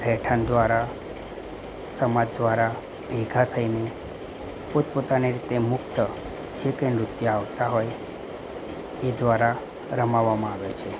રહેઠાણ દ્વારા સમાજ દ્વારા ભેગા થઈને પોતપોતાને રીતે મુક્ત જે કાંઈ નૃત્ય આવતા હોય એ દ્વારા રમાવામાં આવે છે